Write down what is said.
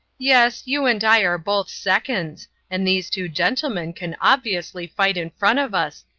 yes, you and i are both seconds and these two gentlemen can obviously fight in front of us.